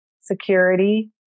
security